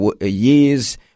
years